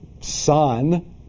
Son